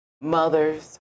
mothers